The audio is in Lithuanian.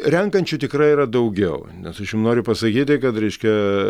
renkančių tikrai yra daugiau nes aš jum noriu pasakyti kad reiškia